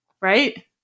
Right